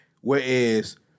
whereas